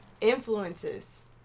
influences